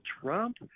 Trump